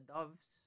Doves